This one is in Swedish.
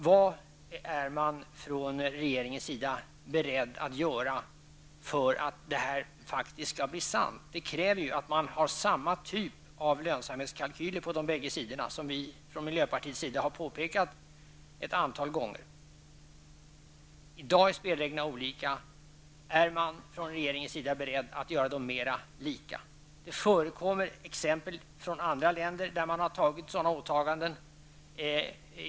Vad är regeringen beredd att göra för att detta verkligen skall ske? Det kräver att man har samma typ av lönsamhetskalkyler på bägge sidorna, vilket vi från miljöpartiet har påpekat ett antal gånger. I dag är spelreglerna olika. Är man från regeringens sida beredd att göra dem mera lika? Det finns exempel från andra länder på att man har åtagit sig att göra på detta sätt.